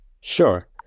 Sure